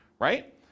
right